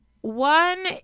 One